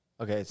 Okay